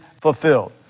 fulfilled